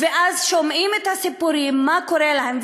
ואז שומעים את הסיפורים מה קורה להם,